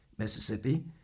Mississippi